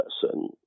person